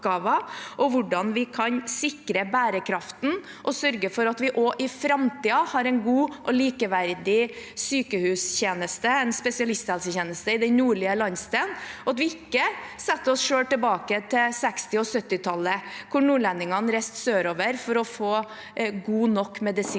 og hvordan vi kan sikre bærekraften og sørge for at vi også i framtiden har en god og likeverdig sykehustjeneste, en spesialisthelsetjeneste, i den nordlige landsdelen, og at vi ikke setter oss selv tilbake til 1960- og 1970-tallet, da nordlendingene reiste sørover for å få god nok medisinsk